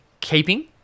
keeping